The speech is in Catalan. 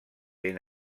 ben